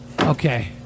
Okay